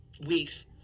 weeks